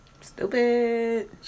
Stupid